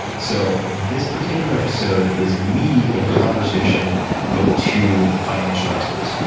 so this particular episode is me in conversation with two financial experts,